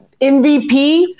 MVP